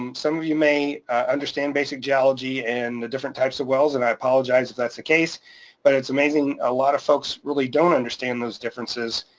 um some of you may understand basic geology and the different types of wells, and i apologize if that's the case but it's amazing. a lot of folks really don't understand those differences,